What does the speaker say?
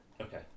Okay